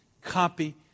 copy